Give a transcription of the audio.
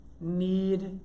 need